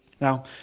Now